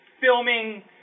filming